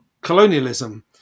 colonialism